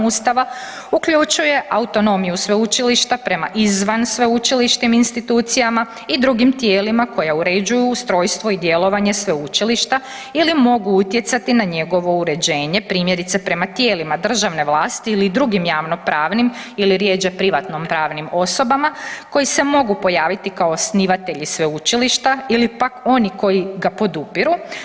Ustava uključuje autonomiju sveučilišta prema izvan sveučilišnim institucijama i drugim tijelima koja uređuju ustrojstvo i djelovanje sveučilišta ili mogu utjecati na njegovo uređenje, primjerice prema tijelima državne vlasti ili drugim javnopravnim ili rjeđe privatno pravnim osobama koji se mogu pojaviti kao osnivatelji sveučilišta ili pak oni koji ga podupiru.